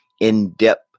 in-depth